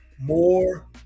more